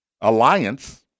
alliance